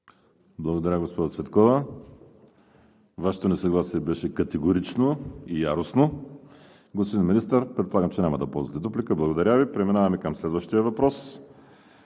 Благодаря, госпожо Цветкова – Вашето несъгласие беше категорично и яростно. (Оживление.) Господин Министър, предполагам, че няма да ползвате дуплика. Благодаря Ви. Преминаваме към следващия въпрос